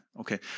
okay